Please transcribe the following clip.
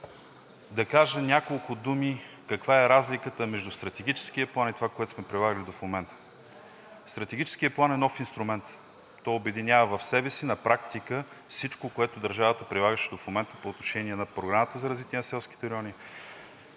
Да кажа няколко думи каква е разликата между Стратегическия план и това, което сме прилагали до момента. Стратегическият план е нов инструмент. Той обединява в себе си на практика всичко, което държавата прилагаше до момента по отношение на Програмата за развитие на селските райони,